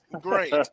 great